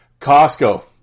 Costco